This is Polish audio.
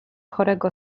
chorego